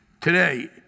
today